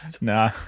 Nah